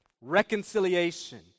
reconciliation